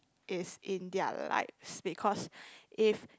is in their lives because if